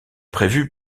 prévu